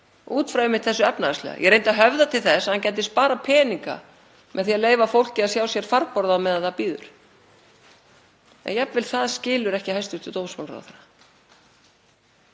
út frá einmitt þessu efnahagslega. Ég reyndi að höfða til þess að hann gæti sparað peninga með því að leyfa fólki að sjá sér farborða á meðan það bíður. En jafnvel það skilur ekki hæstv. dómsmálaráðherra.